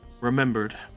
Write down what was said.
remembered